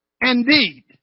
indeed